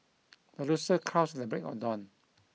the rooster crows at the break on dawn